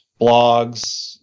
blogs